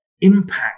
impact